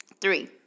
Three